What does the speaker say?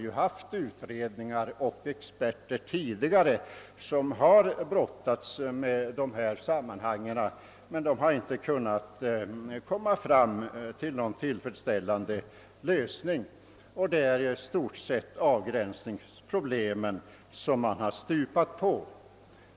Utredningar och experter har tidigare brottats med dessa frågor, men de har inte kunnat komma fram till någon tillfredsställande lösning, och det är i stort sett avgränsningsproblemen som de har stupat på.